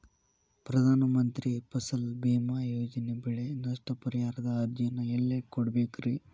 ಪ್ರಧಾನ ಮಂತ್ರಿ ಫಸಲ್ ಭೇಮಾ ಯೋಜನೆ ಬೆಳೆ ನಷ್ಟ ಪರಿಹಾರದ ಅರ್ಜಿನ ಎಲ್ಲೆ ಕೊಡ್ಬೇಕ್ರಿ?